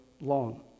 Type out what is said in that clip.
long